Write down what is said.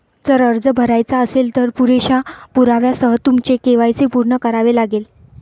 जर अर्ज भरायचा असेल, तर पुरेशा पुराव्यासह तुमचे के.वाय.सी पूर्ण करावे लागेल